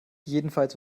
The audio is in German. jedenfalls